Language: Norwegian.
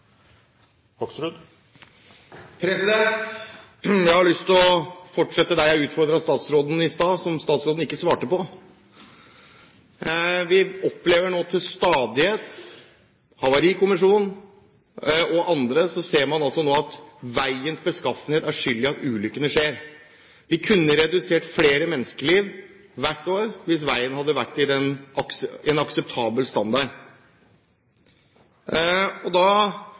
replikkordskifte. Jeg har lyst til å fortsette med det jeg utfordret statsråden på i stad, som statsråden ikke svarte på. Vi opplever nå til stadighet, Havarikommisjonen og andre, at vi ser at veiens beskaffenhet er skyld i at ulykkene skjer. Vi kunne spart flere menneskeliv hvert år hvis veistandarden hadde vært akseptabel.